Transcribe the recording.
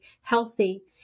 healthy